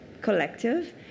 collective